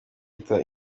yita